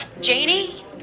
Janie